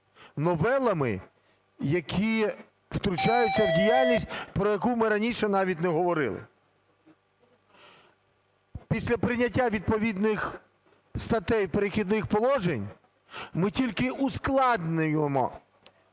новелами, які втручаються в діяльність, про яку ми раніше навіть не говорили. Після прийняття відповідних статей "Перехідних положень" ми тільки ускладнюємо